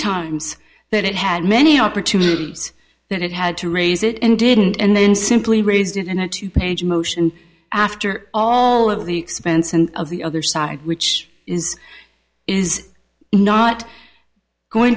times that it had many opportunities that it had to raise it and didn't and then simply raised it in a two page motion after all of the expense and of the other side which is is not going